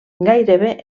gairebé